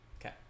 Okay